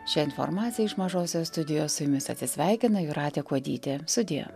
šią informaciją iš mažosios studijos su jumis atsisveikina jūratė kuodytė sudie